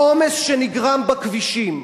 העומס שנגרם בכבישים,